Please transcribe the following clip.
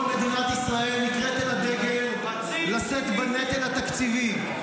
כל מדינת ישראל נקראת אל הדגל לשאת בנטל התקציבי,